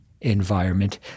environment